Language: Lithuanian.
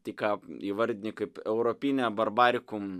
tai ką įvardiji kaip europinę barbarikum